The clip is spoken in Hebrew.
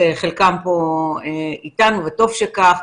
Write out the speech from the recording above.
שחלקם פה איתנו, וטוב שכך.